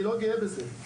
אני לא גאה בזה,